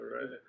right